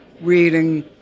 reading